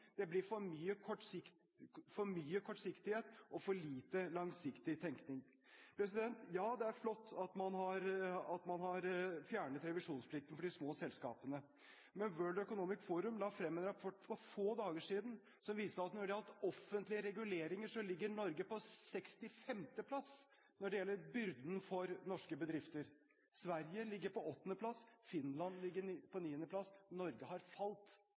det blir for mye kortsiktighet og for lite langsiktig tenkning. Ja, det er flott at man har fjernet revisjonsplikten for de små selskapene. Men World Economic Forum la frem en rapport for få dager siden som viser at når det gjelder offentlige reguleringer, ligger Norge på 65. plass når det gjelder byrden for norske bedrifter. Sverige ligger på 8. plass; Finland ligger på 9. plass. Norge har falt.